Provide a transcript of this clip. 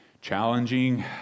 challenging